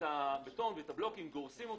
את הבטון והבלוקים גורסים,